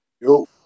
Yo